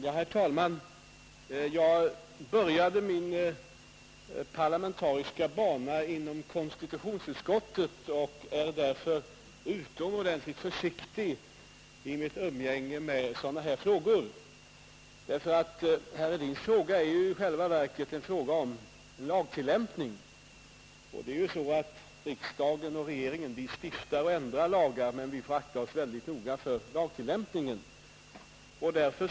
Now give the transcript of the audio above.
Herr talman! Jag började min parlamentariska bana inom konstitutionsutskottet och är därför utomordentligt försiktig i mitt umgänge med sådana här frågor. Herr Hedins fråga är i själva verket en fråga om lagtillämpning. Riksdagen och regeringen stiftar och ändrar lagar, men vi får akta oss väldigt noga för att lägga oss i tillämpningen i ett konkret fall.